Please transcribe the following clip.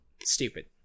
Stupid